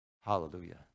Hallelujah